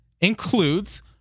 includes